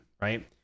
right